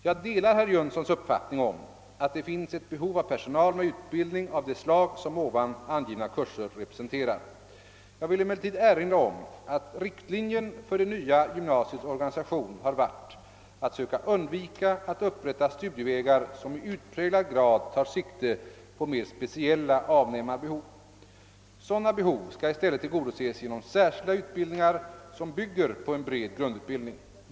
Jag delar herr Jönssons uppfattning om att det finns ett behov av personal med utbildning av det slag som ovan angivna kurser representerar. Jag vill emellertid erinra om att riktlinjen för det nya gymnasiets organisation har varit att söka undvika att upprätta studievägar som i utpräglad grad tar sikte på mer speciella avnämarbehov. Sådana behov skall i stället tillgodoses genom särskilda utbildningar, som bygger på en bred grundutbildning.